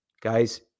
Guys